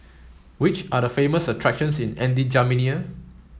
which are the famous attractions in N'Djamena